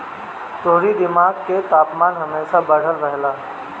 तोहरी दिमाग के तापमान हमेशा बढ़ल रहेला